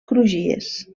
crugies